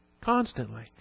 Constantly